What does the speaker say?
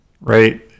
right